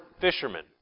fishermen